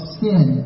sin